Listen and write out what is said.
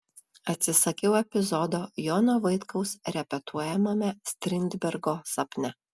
atsisakiau epizodo jono vaitkaus repetuojamame strindbergo sapne